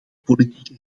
politieke